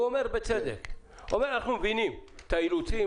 הוא אומר בצדק: אנחנו מבינים את האילוצים,